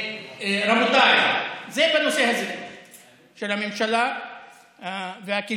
רבותיי, זה בנושא הזה של הממשלה והקלקולים.